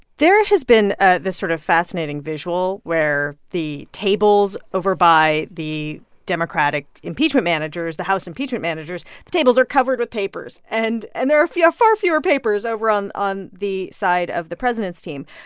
there has been ah this sort of fascinating visual, where the tables over by the democratic impeachment managers the house impeachment managers the tables are covered with papers. and and there are far fewer papers over on on the side of the president's team.